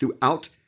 throughout